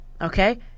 Okay